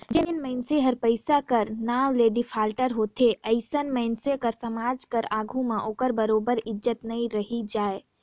जेन मइनसे हर पइसा कर नांव ले डिफाल्टर होथे अइसन मइनसे कर समाज कर आघु में ओकर बरोबेर इज्जत नी रहि जाए